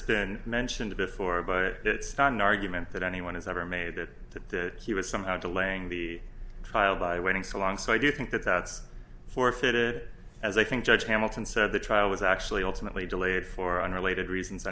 been mentioned before but it's not an argument that anyone has ever made that to he was somehow delaying the trial by waiting so long so i do think that that's forfeited as i think judge hamilton said the trial was actually ultimately delayed for unrelated reasons